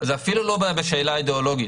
זו אפילו לא בעיה בשאלה האידיאולוגית,